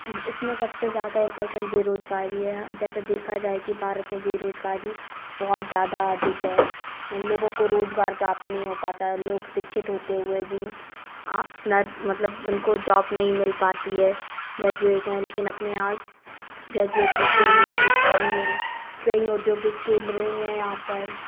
इसमें सबसे ज़्यादा इम्पोर्टेन्ट बेरोज़गारी है जैसे देखा जाए कि भारत में बेरोज़गारी बहुत ज़्यादा अधिक है लोगों को रोज़गार प्राप्त नहीं हो पाता है लोग शिक्षित होते हुए भी आपना मतलब उनको जॉब नहीं मिल पाती है ग्रेजुएट है लेकिन अपने यहाँ ग्रेजुएट होते हुए भी कमी है कहीं औधोगिक केंद्र नहीं है यहाँ पर